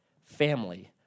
family